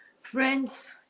Friends